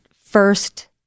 first